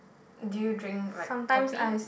do you drink like kopi